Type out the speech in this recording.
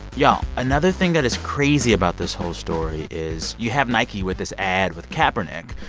y'all, another thing that is crazy about this whole story is you have nike with this ad with kaepernick.